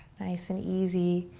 nice and easy.